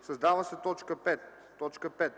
създава се т. 5: „5.